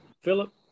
Philip